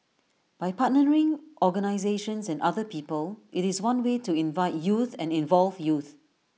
by partnering organisations and other people IT is one way to invite youth and involve youth